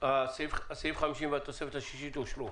סעיף 50 והתוספת השישית אושרו.